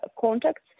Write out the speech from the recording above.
contacts